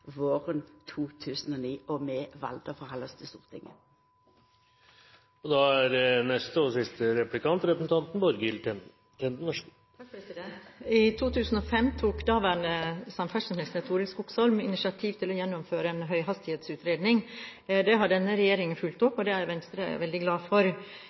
våren 2009? Vi valde å halda oss til Stortinget. I 2005 tok daværende samferdselsminister Torild Skogsholm initiativ til å gjennomføre en høyhastighetsutredning. Det har denne regjeringen fulgt opp, og det er Venstre veldig glad for.